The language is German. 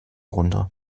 runter